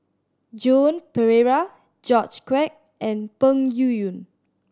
Joan Pereira George Quek and Peng Yuyun